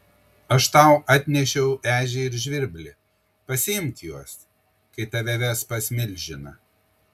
aš tau atnešiau ežį ir žvirblį pasiimk juos kai tave ves pas milžiną